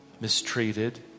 mistreated